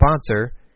sponsor